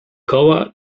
koła